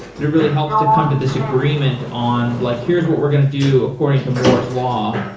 but it really helps to come to this agreement on like, here is what we're going to do according to moore's law,